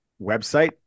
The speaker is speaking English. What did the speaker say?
website